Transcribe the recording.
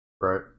Right